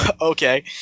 Okay